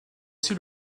aussi